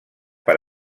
per